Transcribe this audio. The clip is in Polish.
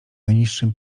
najniższym